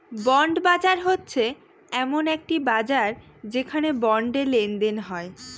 bond বাজার হচ্ছে এমন একটি বাজার যেখানে বন্ডে লেনদেন হয়